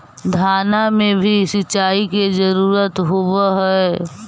धान मे भी सिंचाई के जरूरत होब्हय?